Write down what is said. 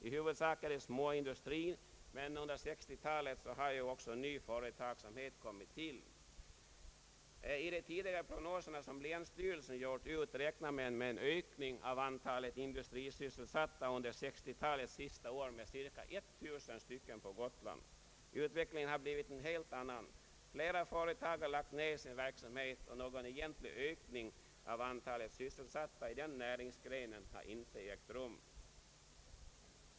I huvudsak är det småindustri, men under 1960-talet har också ny företagsamhet kommit till. I de tidigare prognoser som länsstyrelsen har gjort räknade man med en ökning av antalet industrisysselsatta under 1960-talets sista år på ca 1000 personer. Utvecklingen har dock blivit en helt annan. Flera företag har lagt ned sin verksamhet, och någon egentlig ökning av antalet sysselsatta i denna näringsgren har inte ägt rum.